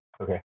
Okay